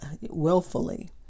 willfully